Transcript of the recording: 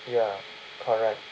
ya correct